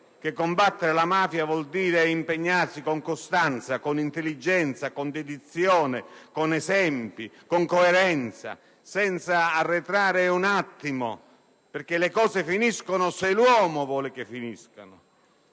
che combattere la mafia significa impegnarsi con costanza, con intelligenza, con dedizione, con esempi e coerenza, senza arretrare un attimo, perché certe cose finiscono se l'uomo vuole che finiscano